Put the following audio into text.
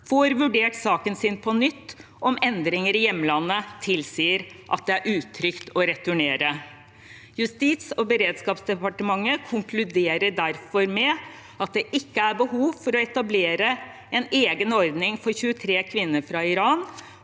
får vurdert saken sin på nytt om endringer i hjemlandet tilsier at det er utrygt å returnere. Justisog beredskapsdepartementet konkluderer derfor med at det ikke er behov for å etablere en egen ordning for 23 kvinner fra Iran